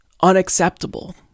unacceptable